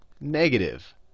negative